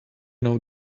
know